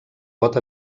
pot